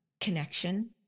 connection